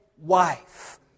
wife